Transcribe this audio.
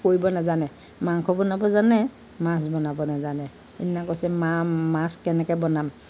কৰিব নেজানে মাংস বনাব জানে মাছ বনাব নেজানে সেইদিনা কৈছে মা মাছ কেনেকৈ বনাম